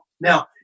Now